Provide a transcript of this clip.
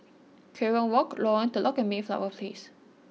Kerong Walk Lorong Telok and Mayflower Place